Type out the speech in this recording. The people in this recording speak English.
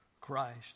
Christ